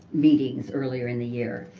meetings earlier in the year.